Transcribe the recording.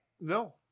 no